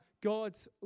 God's